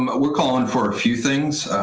um we're calling for a few things.